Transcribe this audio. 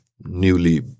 newly